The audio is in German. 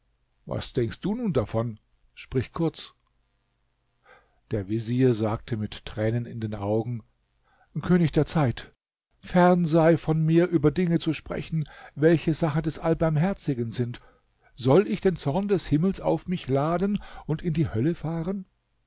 was denkst du nun davon sprich kurz der vezier sagte mit tränen in den augen könig der zeit fern sei von mir über dinge zu sprechen welche sache des allbarmherzigen sind soll ich den zorn des himmels auf mich laden und in die hölle fahren